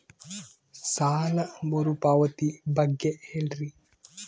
ಸಾಲ ಮರುಪಾವತಿ ಬಗ್ಗೆ ಹೇಳ್ರಿ?